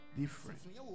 Different